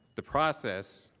the process